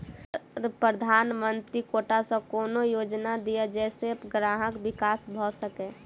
Sir प्रधानमंत्री quota सऽ कोनो योजना दिय जै सऽ ग्रामक विकास भऽ सकै?